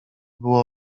było